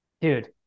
Dude